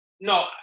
no